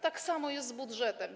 Tak samo jest z budżetem.